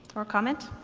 or comment?